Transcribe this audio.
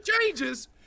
changes –